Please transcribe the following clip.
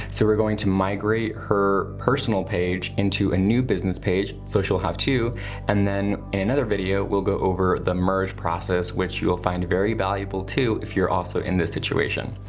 so we're going to migrate her personal page into a new business page, so she'll have two and then in another video, we'll go over the merge process which you will find very valuable too if you're also in this situation.